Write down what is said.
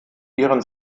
ihren